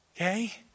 Okay